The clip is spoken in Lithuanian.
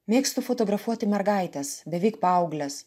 mėgstu fotografuoti mergaites beveik paaugles